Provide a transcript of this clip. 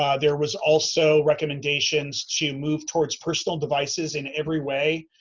ah there was also recommendations to move towards personal devices in every way.